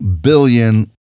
billion